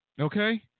Okay